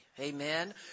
Amen